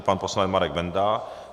Pan poslanec Marek Benda.